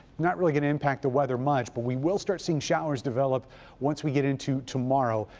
not really gonna impact the weather much. but we will start seeing showers develop once we get into tomorrow.